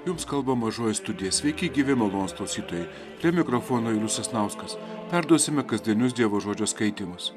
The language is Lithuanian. jums kalba mažoji studija sveiki gyvi malonūs klausytojai prie mikrofono julius sasnauskas perduosime kasdienius dievo žodžio skaitymus